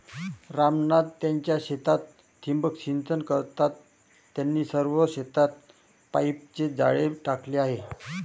राम नाथ त्यांच्या शेतात ठिबक सिंचन करतात, त्यांनी सर्व शेतात पाईपचे जाळे टाकले आहे